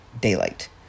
daylight